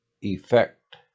effect